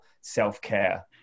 self-care